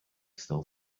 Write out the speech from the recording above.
still